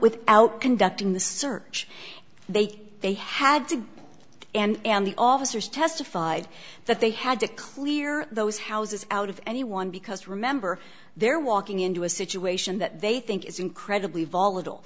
without conducting the search they they had to go and the officers testified that they had to clear those houses out of anyone because remember they're walking into a situation that they think is incredibly volatile